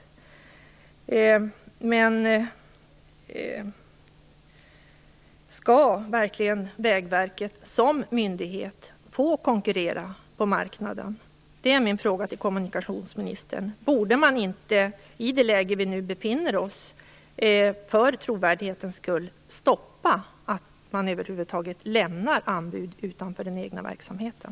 Vägverket som myndighet verkligen tillåtas att konkurrera på marknaden? Borde man inte i nuvarande läge för trovärdighetens skull över huvud taget stoppa anbudsgivning utanför den egna verksamheten?